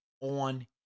on